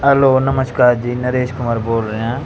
hello ਨਮਸਕਾਰ ਜੀ ਨਰੇਸ਼ ਕੁਮਾਰ ਬੋਲ ਰਿਹਾ